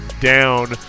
down